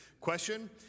question